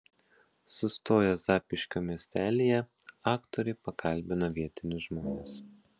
sustoję zapyškio miestelyje aktoriai pakalbino vietinius žmones